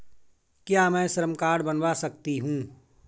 क्या मैं श्रम कार्ड बनवा सकती हूँ?